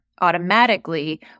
automatically